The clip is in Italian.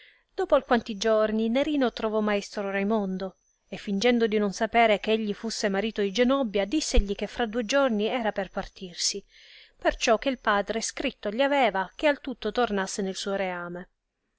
dopo alquanti giorni nerino trovò maestro raimondo e fingendo di non sapere che egli fusse marito di genobbia dissegli che fra due giorni era per partirsi perciò che il padre scritto gli aveva che al tutto tornasse nel suo reame